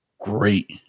great